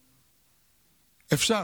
אפשר,